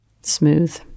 smooth